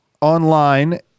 online